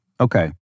okay